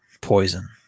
Poison